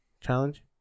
challenge